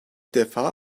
defa